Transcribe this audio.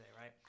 right